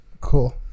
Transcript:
Cool